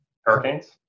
Hurricanes